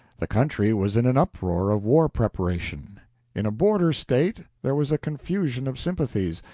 the country was in an uproar of war preparation in a border state there was a confusion of sympathies,